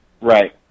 Right